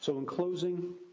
so in closing,